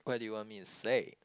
what do you want me to say